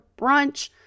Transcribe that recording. brunch